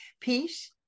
peace